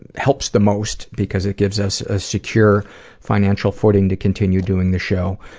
and helps the most because it gives us a secure financial footing to continue doing the show,